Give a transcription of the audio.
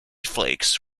flakes